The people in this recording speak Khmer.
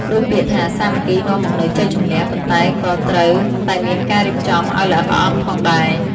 ដូចពាក្យថា សាមគ្គីនាំមកនៅជ័យជំនះ ប៉ុន្តែវាក៏ត្រូវតែមានការរៀបចំឲ្យល្អិតល្អន់ផងដែរ។